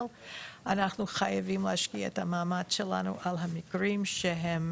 אנחנו חייבים להשקיע את המאמץ שלנו על המקרים שהם